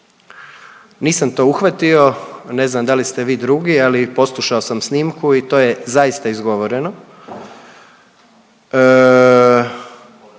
Nisam to uhvatio. Ne znam da li ste vi drugi, ali poslušao sam snimku i to je zaista izgovoreno.